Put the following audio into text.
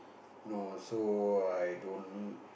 no so I don't